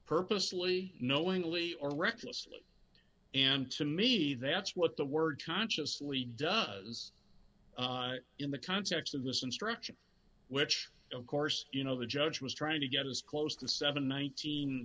purposely knowingly or recklessly and to me that's what the word consciously does in the context of this instruction which of course you know the judge was trying to get as close to seven